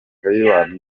kayibanda